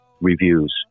reviews